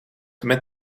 met